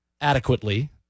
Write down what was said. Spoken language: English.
adequately